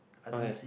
okay